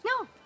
no